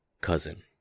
cousin